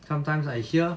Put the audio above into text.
sometimes I hear